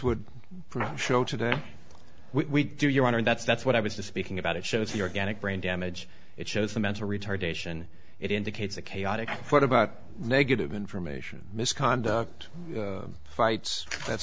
would show today we do your honor and that's that's what i was to speaking about it shows the organic brain damage it shows the mental retardation it indicates a chaotic what about negative information misconduct fights